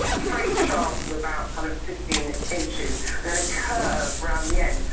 straight shaft of about kind of fifteen inches and then a curve around the end.